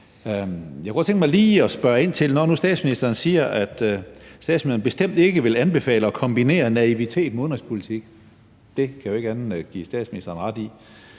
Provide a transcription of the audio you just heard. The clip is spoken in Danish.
Jeg kunne godt tænke mig lige at spørge ind til, når nu statsministeren siger, at statsministeren bestemt ikke vil anbefale at kombinere naivitet med udenrigspolitik – og det kan jeg jo ikke andet end at give statsministeren ret i